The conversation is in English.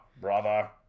brother